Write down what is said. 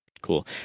cool